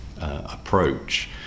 approach